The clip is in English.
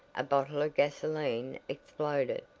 a bottle of gasoline exploded.